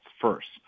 first